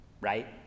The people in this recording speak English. right